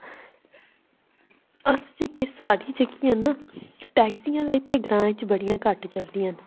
अस जेह्के साढ़ी जेह्की ऐ ना टैक्सियां ते इत्थें ग्रांऽ च बड़ियां घट्ट चलदियां